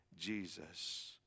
Jesus